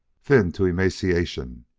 thin to emaciation,